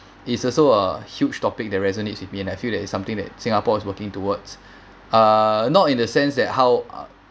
it's also a huge topic that resonates with me and I feel that it's something that singapore is working towards uh not in the sense that how uh